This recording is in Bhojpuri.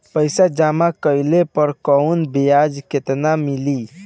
पइसा जमा कइले पर ऊपर ब्याज केतना मिली?